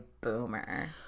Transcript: boomer